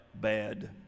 bad